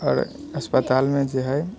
आओर अस्पतालमे जे हइ